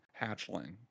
Hatchling